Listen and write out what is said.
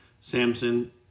Samson